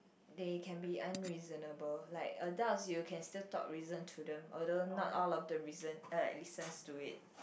they can be unreasonable like adults you can still talk reason to them although not all of them reasons uh listens to it